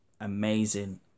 amazing